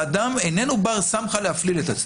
האדם איננו בר סמכה להפליל את עצמו.